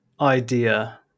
idea